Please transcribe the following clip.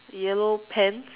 yellow pants